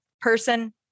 person